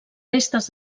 restes